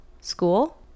school